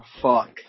Fuck